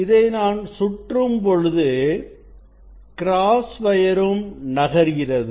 இதை நான் சுற்றும் பொழுது கிராஸ் வயறும் நகர்கிறது